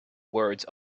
words